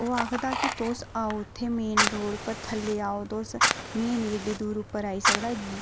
ओह् आखदा कि तुस आओ इत्थै मेन रोड पर थल्लै आओ तुस में नेईं एड्डी दूर उप्पर आई सकदा